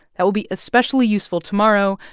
that will be especially useful tomorrow.